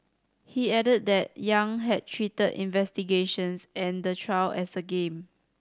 he added that Yang had treated investigations and the trial as a game